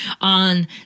on